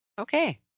Okay